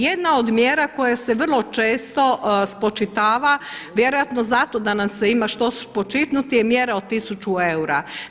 Jedna od mjera koje se vrlo često spočitava vjerojatno zato da nam se ima što počitnuti je mjera od 1000 eura.